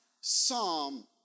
psalm